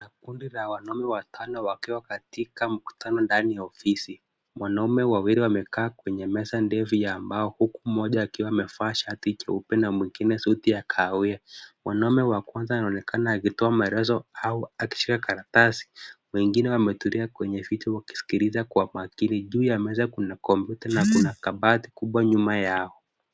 Kundi la wanaume watano wakiwa katika mkutano ndani ya ofisi. Wanaume wawili wamekaa kwenye meza ndefu ya mbao, huku mmoja akiwa amevaa shati jeupe na mwingine suti ya kahawia. Mwanamume wa kwanza anaonekana akitoa maelezo au akishika karatasi, wengine wametulia kwenye viti wakiskiliza kwa makini. Juu ya meza kuna kompyuta na kuna kabati kubwa nyuma yao.